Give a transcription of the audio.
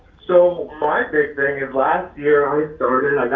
so my big thing is last year i started,